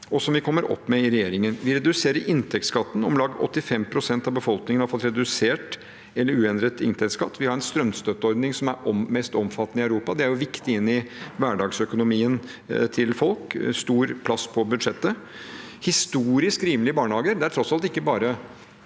Vi reduserer inntektsskatten. Om lag 85 pst. av befolkningen har fått redusert eller uendret inntektsskatt. Vi har en strømstøtteordning som er den mest omfattende i Europa. Det er viktig inn i hverdagsøkonomien til folk og en stor plass på budsjettet. Det er historisk rimelige barnehager. Den nye maksprisen